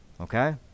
Okay